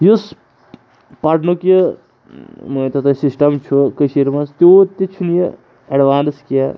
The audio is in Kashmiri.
یُس پرنُک یہِ مٲنتو تُہۍ سِسٹَم چھُ کٔشیٖرِ منٛز تیوٗت تہِ چھِنہٕ یہِ اٮ۪ڈوانٕس کینٛہہ